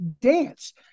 dance